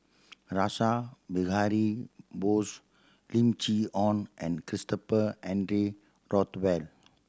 Rash Behari Bose Lim Chee Onn and Christopher Henry Rothwell